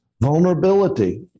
Vulnerability